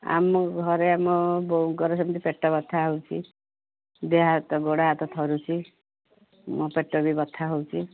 ଆମ ଘରେ ଆମ ବୋଉଙ୍କର ସେମତି ପେଟ ବଥା ହେଉଛି ଦେହ ହାତ ଗୋଡ଼ ହାତ ଥରୁଛି ମୋ ପେଟ ବି ବଥା ହେଉଛି